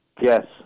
Yes